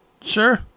Sure